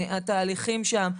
התהליכים שם,